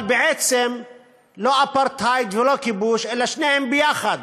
אבל בעצם לא אפרטהייד ולא כיבוש אלא שניהם יחד,